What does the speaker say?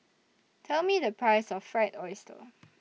Tell Me The Price of Fried Oyster